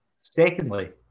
Secondly